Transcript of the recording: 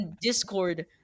Discord